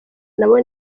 nabo